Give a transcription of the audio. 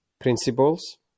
principles